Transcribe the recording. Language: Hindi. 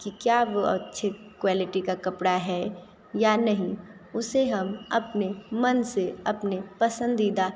कि क्या वो अच्छी क्वालिटी का कपड़ा है या नहीं उसे हम अपने मन से अपने पसंदीदा